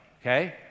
Okay